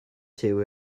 too